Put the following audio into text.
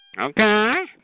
Okay